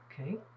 Okay